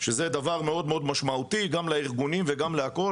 שזה דבר מאוד משמעותי גם לארגונים וגם לכל,